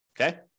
Okay